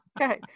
Okay